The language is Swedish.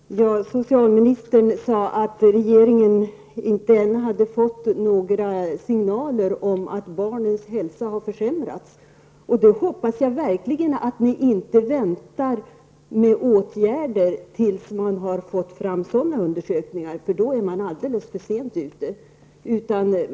Herr talman! Socialministern sade att regeringen ännu inte har fått några signaler om att barnens hälsa har försämrats. Jag hoppas verkligen att ni inte väntar med åtgärder tills man har fått fram sådana undersökningar. Då är man alldeles för sent ute.